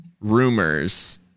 rumors